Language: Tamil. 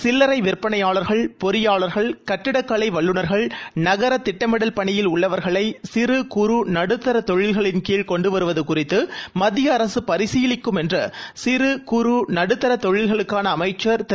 சில்லறை விற்பனையாளர்கள் பொறியாளர்கள் கட்டிடக்கலை வல்லுநர்கள் நகர திட்டமிடல் பணியில் உள்ளவர்களை சிறு குறு நடுத்தர தொழில்களின் கீழ் கொண்டு வருவது குறித்து மத்திய அரசு பரிசீலிக்கும் என்று சிறு குறு நடுத்தர தொழில்களுக்கான அமைச்சர் திரு